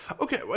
Okay